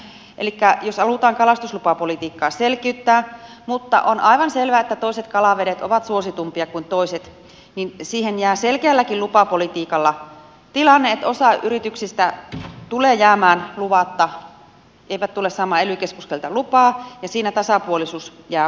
elikkä jos halutaan kalastuslupapolitiikkaa selkiyttää on aivan selvää että toiset kalavedet ovat suositumpia kuin toiset niin siihen jää selkeälläkin lupapolitiikalla tilanne että osa yrityksistä tulee jäämään luvatta eivät tule saamaan ely keskukselta lupaa ja siinä tasapuolisuus jää huomiotta